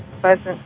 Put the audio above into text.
pleasant